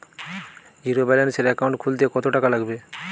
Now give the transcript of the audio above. জিরোব্যেলেন্সের একাউন্ট খুলতে কত টাকা লাগবে?